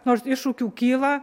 nors iššūkių kyla